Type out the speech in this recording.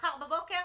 מחר בבוקר?